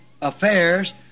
affairs